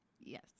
Yes